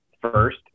first